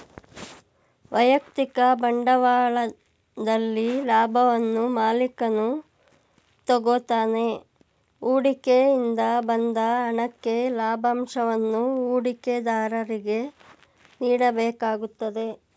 ವೈಯಕ್ತಿಕ ಬಂಡವಾಳದಲ್ಲಿ ಲಾಭವನ್ನು ಮಾಲಿಕನು ತಗೋತಾನೆ ಹೂಡಿಕೆ ಇಂದ ಬಂದ ಹಣಕ್ಕೆ ಲಾಭಂಶವನ್ನು ಹೂಡಿಕೆದಾರರಿಗೆ ನೀಡಬೇಕಾಗುತ್ತದೆ